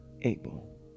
Abel